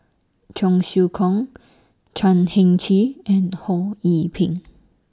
Cheong Siew Keong Chan Heng Chee and Ho Yee Ping